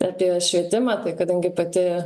apie švietimą tai kadangi pati